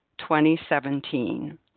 2017